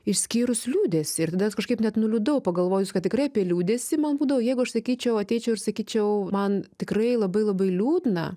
išskyrus liūdesį ir tada kažkaip net nuliūdau pagalvojus kad tikrai apie liūdesį man būdavo jeigu aš sakyčiau ateičiau ir sakyčiau man tikrai labai labai liūdna